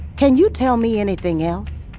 can you tell me anything else?